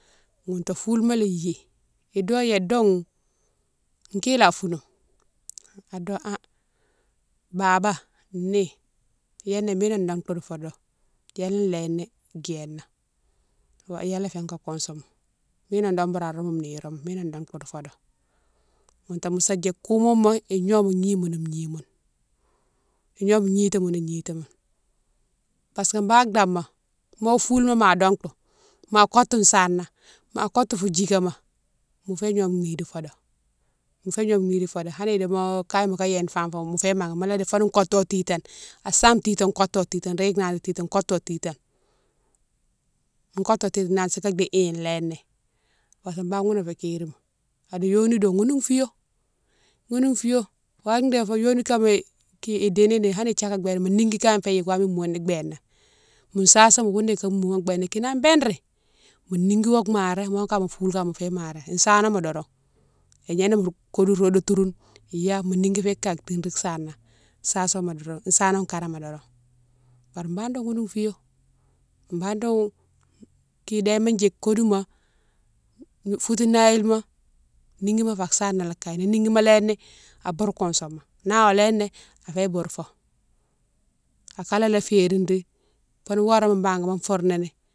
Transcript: Ghouta foulima lé iyi, ido ya doun kila founoume ado ha baba, ni yané miné dongtou di fodo ya léni djéna yalé fé ka kousouma miné do bourou aroumoume niroma, miné dongtou di fodo, ghouta mosa djike koumoma ignome gni mounou gnimoune, ignome gnity moune gnitimoune parce que bane dama mo foulima ma dongtou ma kotou sana, ma kotou fou djikéma mo fiyé gnome ni di foudo, mo fiyé gnome ni di fodo hanni dimo kaye moka yéne fa fo mo fiyé maghé mola di foni koto titane asame titane koto titane nro yike nani titane, koto titane, koto titane nansi ka di hi léni parce que bane ghounné fé kérima adou yoni dou ghounou fiyo, ghounou fiyo wati dé fo yoni kama ki idini ni hanni djakame béna mo nigui kama fé yike wama imoumou ni béna, mo sasone ghounné fou moumane béna kina an binri, mo nigui iwa maré, mo kama foule kama mofiyé maré, sanoma doron, ignaname nro kodou roune rodotoune iya mo nigui fé kake tiri di sana, sasone ma doron, isanone karama doron bari bane doun ghounou fiyo, bane doun ki déma djike kodouma, foutou mayilma niguima fa sana lé kaye, ni niguima léni aboure kousouma na awa léni afé boure fo, akané la férine ri foni horéma bane bangama foure nini.